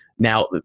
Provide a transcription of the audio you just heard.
Now